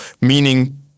meaning